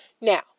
Now